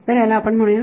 तर याला आपण म्हणूया